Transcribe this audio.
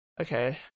Okay